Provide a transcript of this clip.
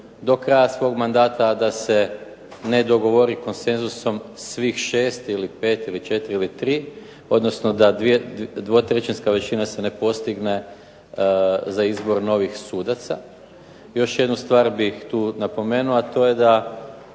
do kraja svog mandata, a da se ne dogovori konsenzusom svih 6 ili 5, ili 4 ili 3, odnosno da dvotrećinska većina se ne postigne za izbor novih sudaca. Još jednu stvar bih tu napomenuo, a to je da